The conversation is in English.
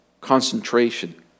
concentration